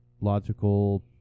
logical